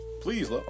please